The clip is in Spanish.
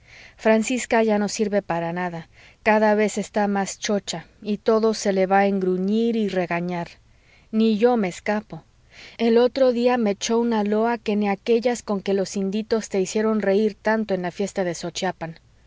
francisca ya no sirve para nada cada día está más chocha y todo se le va en gruñir y regañar ni yo me escapo el otro día me echó una loa que ni aquellas con que los inditos te hicieron reir tanto en la fiesta de xochiapan